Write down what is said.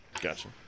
Gotcha